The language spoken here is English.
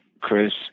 Chris